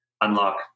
unlock